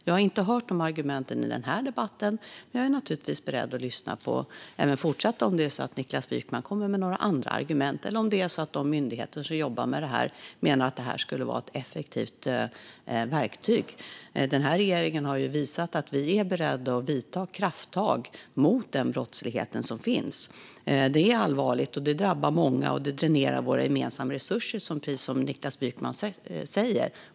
Jag har inte hört de argumenten i den här debatten, men jag är naturligtvis beredd att fortsätta lyssna om Niklas Wykman kommer med några andra argument eller om de myndigheter som jobbar med detta menar att det här skulle vara ett effektivt verktyg. Den här regeringen har visat att den är beredd att vidta krafttag mot den brottslighet som finns. Den är allvarlig, den drabbar många och den dränerar våra gemensamma resurser, precis som Niklas Wykman säger.